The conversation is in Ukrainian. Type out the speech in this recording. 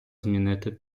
змінити